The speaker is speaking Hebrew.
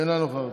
אינה נוכחת,